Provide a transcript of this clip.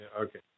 Okay